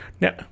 Now